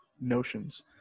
notions